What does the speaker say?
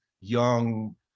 young